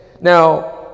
Now